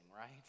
right